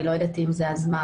אני לא יודעת אם זה הזמן.